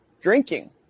Drinking